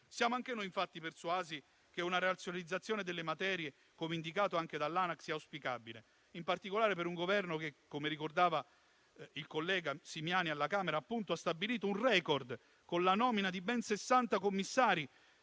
Siamo anche noi, infatti, persuasi che una razionalizzazione delle materie, come indicato anche dall'ANAC, sia auspicabile, in particolare per un Governo che, come ricordava il collega Simiani alla Camera, ha stabilito un *record*, con la nomina di ben sessanta commissari